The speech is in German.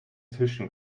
tischen